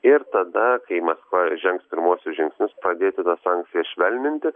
ir tada kai maskva žengs pirmuosius žingsnius pradėti sankcijas švelninti